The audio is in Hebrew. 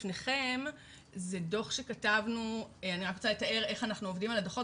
אני רוצה לתאר איך אנחנו עובדים על הדו"חות,